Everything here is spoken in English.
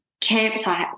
campsite